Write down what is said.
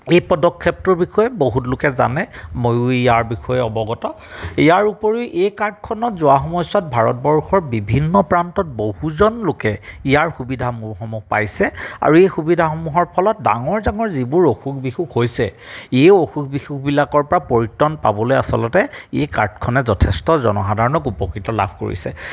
এই পদক্ষেপটোৰ বিষয়ে বহুত লোকে জানে মইয়ো ইয়াৰ বিষয়ে অৱগত ইয়াৰ উপৰিও এই কাৰ্ডখনত যোৱা সময়ছোৱাত ভাৰতবৰ্ষত বিভিন্ন প্ৰান্তত বহুজন লোকে ইয়াৰ সুবিধা সমূহ পাইছে আৰু এই সুবিধাসমূহৰ ফলত ডাঙৰ ডাঙৰ যিবোৰ অসুখ বিসুখ হৈছে এই অসুখ বিসুখবিলাকৰ পৰা পৰিত্ৰাণ পাবলৈ আচলতে এই কাৰ্ডখনে যথেষ্ট জনসাধাৰণক উপকৃত লাভ কৰিছে